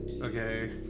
Okay